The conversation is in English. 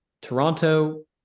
Toronto